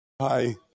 Hi